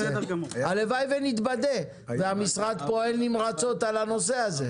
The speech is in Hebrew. הלוואי ונתבדה והמשרד פועל נמרצות בנושא הזה.